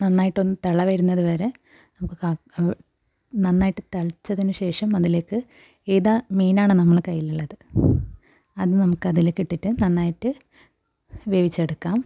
നന്നായിട്ടൊന്ന് തിള വരുന്നത് വരെ നമുക്ക് നന്നായിട്ട് തിളച്ചതിന് ശേഷം അതിലേക്ക് ഏത് മീനാണ് നിങ്ങളുടെ കൈയിൽ ഉള്ളത് അത് നമുക്ക് അതിലേക്ക് ഇട്ടിട്ട് നന്നായിട്ട് വേവിച്ചെടുക്കാം